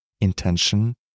intention